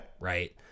right